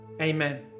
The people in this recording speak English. amen